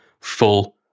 full